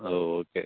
ഓ okay